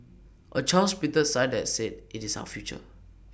A child's printed sign that said IT is our future